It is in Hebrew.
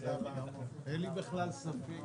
אין לי בכלל ספק,